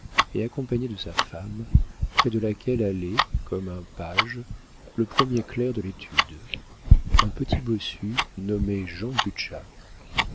et accompagné de sa femme près de laquelle allait comme un page le premier clerc de l'étude un petit bossu nommé